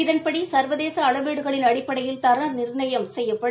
இதன்படி சா்வதேச அளவீடுகளின் அடிப்படையில் தர நிா்ணயம் செய்யப்படும்